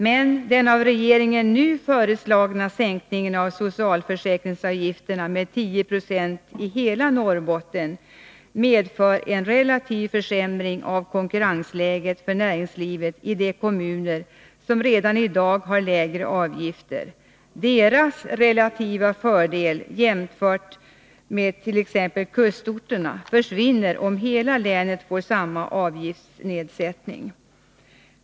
Men den av regeringen nu föreslagna sänkningen av socialförsäkringsavgifterna med 10 26 i hela Norrbotten medför en relativ försämring av konkurrensläget för näringslivet i de kommuner som redan i dag har lägre avgifter. Deras relativa fördel, jämfört med situationen för t.ex. kustorterna, försvinner om hela länet får samma avgiftsnedsättning.